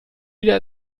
wieder